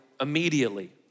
immediately